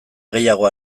gehiago